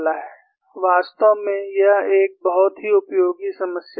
वास्तव में यह एक बहुत ही उपयोगी समस्या है